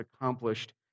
accomplished